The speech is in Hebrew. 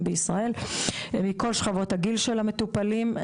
בישראל בכל שכבות הגיל של המטופלים.